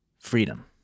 Freedom